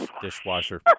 dishwasher